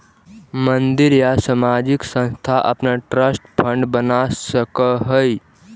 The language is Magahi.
मंदिर या सामाजिक संस्थान अपना ट्रस्ट फंड बना सकऽ हई